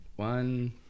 One